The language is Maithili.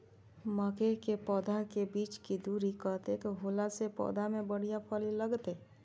मके के पौधा के बीच के दूरी कतेक होला से पौधा में बढ़िया फली लगते?